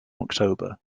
october